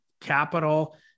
capital